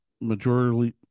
majority